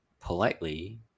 politely